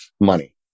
money